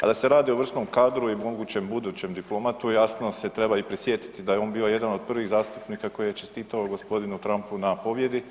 A da se radi o vrsnom kadru i mogućem budućem diplomatu jasno se treba i prisjetiti da je on bio jedan od prvih zastupnika koji je čestitao g. Trumpu na pobjedi,